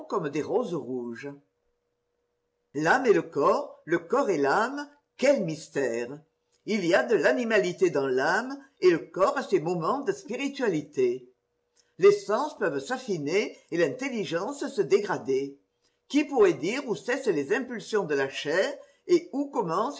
des roses rouges l'âme et le corps le corps et l'âme quel mystère il y a de l'animalité dans l'âme et le corps a ses moments de spiritualité les sens peuvent s'affiner et l'intelligence se dégrader qui pourrait dire où cessent les impulsions de la chair et où commencent